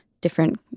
different